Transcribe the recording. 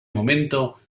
momento